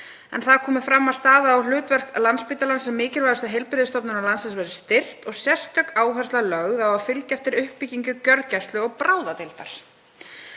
en það er komið fram að staða og hlutverk Landspítalans sem mikilvægustu heilbrigðisstofnunar landsins verði styrkt og sérstök áhersla lögð á að fylgja eftir uppbyggingu gjörgæslu- og bráðadeildar